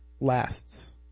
lasts